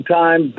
time